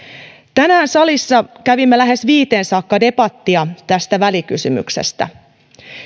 tänään salissa kävimme lähes viiteen saakka debattia tästä välikysymyksestä